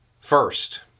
First